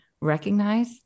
recognize